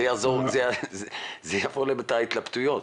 זה יעביר להם את ההתלבטויות.